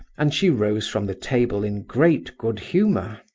and she rose from the table in great good humour.